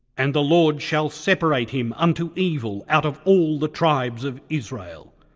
and the lord shall separate him unto evil out of all the tribes of israel,